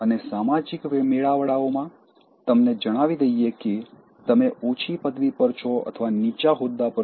અને સામાજિક મેળાવડાઓમાં તમને જણાવી દઈએ કે તમે ઓછી પદવી પર છો અથવા નીચા હોદ્દા પર છો